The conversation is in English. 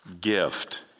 gift